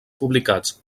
publicats